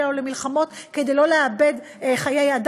חס וחלילה,